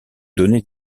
donner